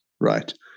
Right